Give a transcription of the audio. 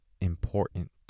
Important